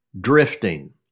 Drifting